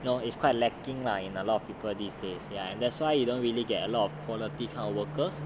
you know it's quite lacking lah in a lot of people these days ya and that's why you don't really get a lot of quality kind of workers